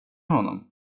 honom